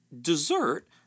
Dessert